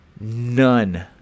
none